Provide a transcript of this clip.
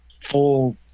full